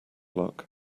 luck